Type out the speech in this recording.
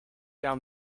down